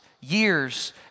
years